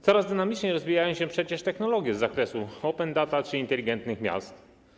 Coraz dynamiczniej rozwijają się przecież technologie z zakresu open data czy inteligentnych miast.